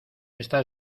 esta